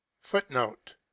Footnote